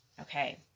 Okay